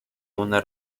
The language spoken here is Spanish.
una